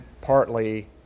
partly